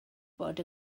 bod